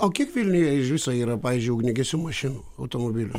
o kiek vilniuje iš viso yra pavyzdžiui ugniagesių mašinų automobilių